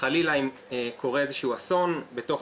חלילה אם קורה איזשהו אסון בתוך